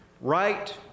right